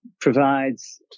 provides